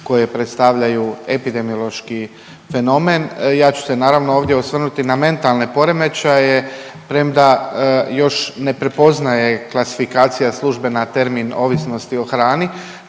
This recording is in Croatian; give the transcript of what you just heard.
koje predstavljaju epidemiološki fenomen. Ja ću se naravno ovdje osvrnuti na mentalne poremećaje premda još ne prepoznaje klasifikacija službena termin ovisnosti o hrani